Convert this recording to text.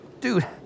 Dude